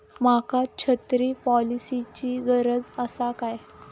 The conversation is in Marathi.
माका छत्री पॉलिसिची गरज आसा काय?